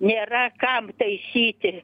nėra kam taisyti